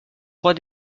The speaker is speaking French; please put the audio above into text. trois